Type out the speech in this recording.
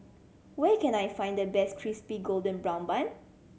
where can I find the best Crispy Golden Brown Bun